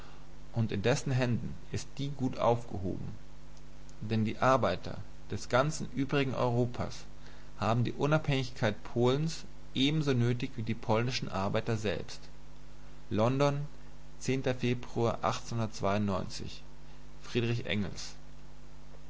und in dessen händen ist die gut aufgehoben denn die arbeiter des ganzen übrigen europas haben die unabhängigkeit polens ebenso nötig wie die polnischen arbeiter selbst london februar f engels